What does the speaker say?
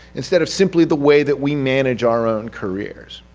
instead of simply the way that we manage our own careers.